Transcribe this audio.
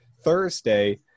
Thursday